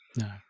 No